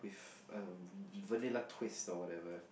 with a vanilla twist or whatever